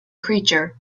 creature